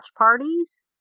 parties